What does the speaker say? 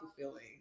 fulfilling